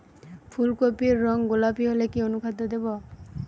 ফুল কপির রং গোলাপী হলে কি অনুখাদ্য দেবো?